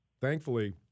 Thankfully